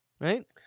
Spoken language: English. Right